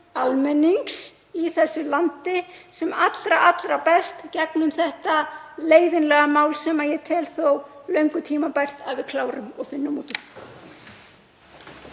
almennings í þessu landi sem allra best gegnum þetta leiðinlega mál sem ég tel þó löngu tímabært að við klárum og finnum út